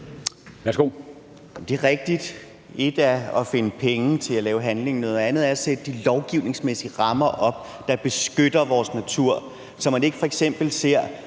(SF): Det er rigtigt. Et er at finde penge til at lave handling med, noget andet er at sætte de lovgivningsmæssige rammer op, der beskytter vores natur, så man ikke f.eks.